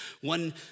one